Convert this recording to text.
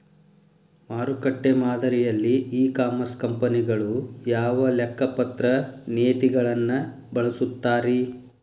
ಮಾರುಕಟ್ಟೆ ಮಾದರಿಯಲ್ಲಿ e commerce ಕಂಪನಿಗಳು ಯಾವ ಲೆಕ್ಕಪತ್ರ ನೇತಿಗಳನ್ನ ಬಳಸುತ್ತಾರಿ?